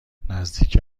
نزدیک